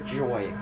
joy